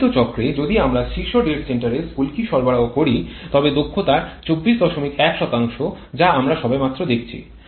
প্রকৃত চক্রে যদি আমরা শীর্ষ ডেড সেন্টারে স্ফুলকি সরবরাহ করি তবে দক্ষতা ২৪১ যা আমরা সবেমাত্র দেখেছি